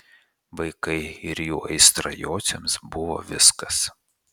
vaikai ir jų aistra jociams buvo viskas